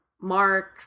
Mark